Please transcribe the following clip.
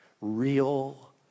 real